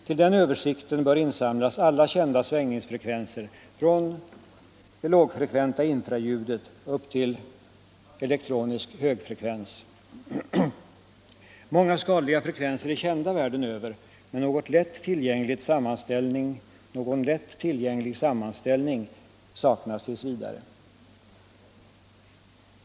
Till denna översikt bör insamlas alla kända svängningsfrekvenser från det lågfrekventa infraljudet till elektronisk högfrekvens. Många skadliga frekvenser är kända världen över, men någon lätt tillgänglig sammanställning saknas t. v.